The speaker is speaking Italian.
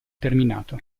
terminato